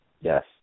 Yes